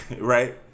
Right